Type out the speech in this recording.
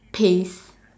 paste